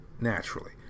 naturally